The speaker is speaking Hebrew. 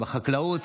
בחקלאות,